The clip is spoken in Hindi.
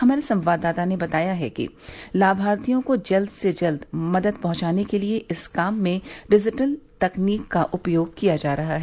हमारे संवाददाता ने बताया है कि लाभार्थियों को जल्द से जल्द मदद पहुंचाने के लिए इस काम में डिजिटल तकनीक का उपयोग किया जा रहा है